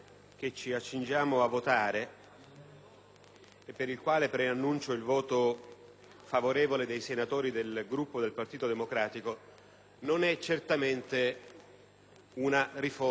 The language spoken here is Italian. e per il quale preannuncio il voto favorevole dei senatori del Gruppo del Partito Democratico non costituisce certamente una riforma elettorale organica.